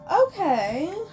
Okay